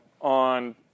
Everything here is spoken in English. on